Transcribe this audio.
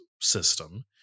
system